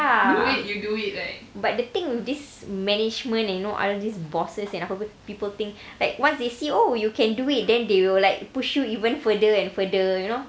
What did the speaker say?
ya but the thing this management and you know all these bosses and how people think like once they see oh you can do it then they will like push you even further and further you know